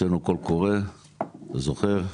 הוצאנו קול קורא אתה זוכר?